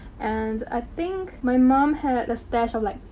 and, i think, my mom had a stash of, like,